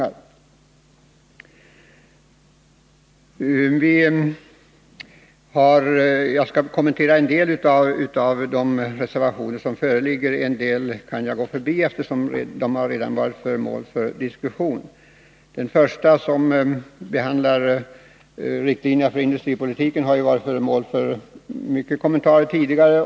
Jag skall kommentera en del av de reservationer som föreligger — en del kan jag gå förbi, eftersom de redan varit föremål för diskussion. Reservation 1, som behandlar riktlinjerna för industripolitiken, har varit föremål för många kommentarer tidigare.